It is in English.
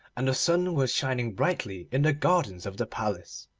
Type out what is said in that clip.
and the sun was shining brightly in the gardens of the palace.